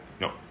No